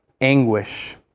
anguish